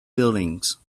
buildings